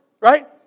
right